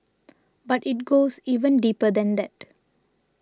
but it goes even deeper than that